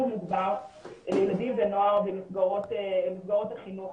מוגבר לילדים ונוער במסגרות החינוך,